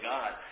God